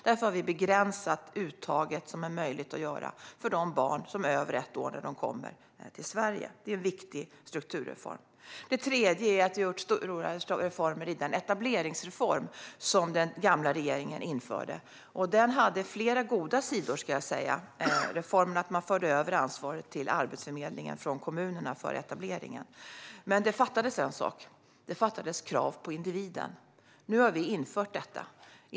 Därför har vi begränsat det uttag som är möjligt att göra för föräldrar till de barn som är över ett år när de kommer hit till Sverige. Det är en viktig strukturreform. Det tredje är att vi har reformerat den etableringsreform som den gamla regeringen genomförde. Den reformen hade flera goda sidor, bland annat att man förde över ansvaret för etableringen från kommunerna till Arbetsförmedlingen. Men det fattades en sak. Det fattades krav på individen. Nu har vi infört ett sådant krav.